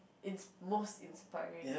it's most inspiring